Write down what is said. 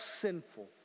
sinful